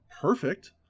perfect